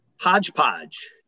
hodgepodge